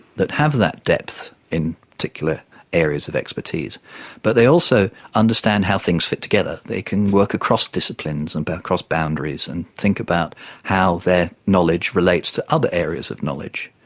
that have that depth in particular areas of expertise but they also understand how things fit together, they can work across disciplines and but across boundaries and think about how their knowledge relates to other areas of knowledge.